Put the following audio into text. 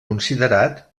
considerat